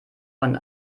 von